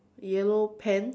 yellow pants